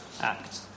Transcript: act